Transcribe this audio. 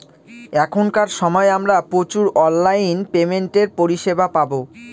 এখনকার সময় আমরা প্রচুর অনলাইন পেমেন্টের পরিষেবা পাবো